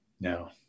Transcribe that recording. No